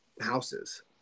houses